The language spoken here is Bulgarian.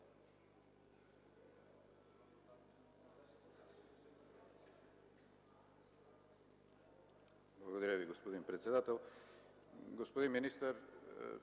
Благодаря, господин председател. Господин министър,